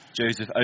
Joseph